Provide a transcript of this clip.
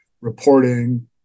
reporting